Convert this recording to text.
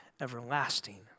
everlasting